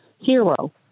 hero